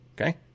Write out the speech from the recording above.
Okay